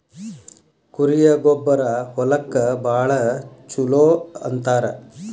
ಕುರಿಯ ಗೊಬ್ಬರಾ ಹೊಲಕ್ಕ ಭಾಳ ಚುಲೊ ಅಂತಾರ